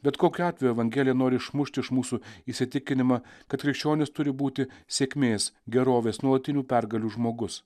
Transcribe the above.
bet kokiu atveju evangelija nori išmušti iš mūsų įsitikinimą kad krikščionis turi būti sėkmės gerovės nuolatinių pergalių žmogus